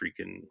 freaking